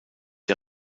der